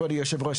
כבוד היושב ראש,